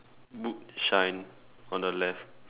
book shine on the left